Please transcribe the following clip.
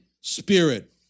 spirit